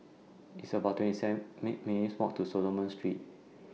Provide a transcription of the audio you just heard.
It's about twenty seven make minutes' Walk to Solomon Street